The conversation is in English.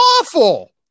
Awful